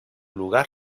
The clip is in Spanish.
lugar